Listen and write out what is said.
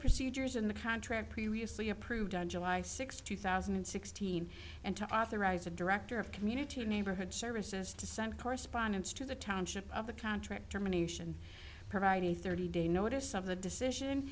procedures in the contract previously approved on july sixth two thousand and sixteen and to authorize a director of community neighborhood services to send correspondence to the township of the contract germination provide a thirty day notice of the decision